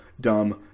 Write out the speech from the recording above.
dumb